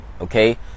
okay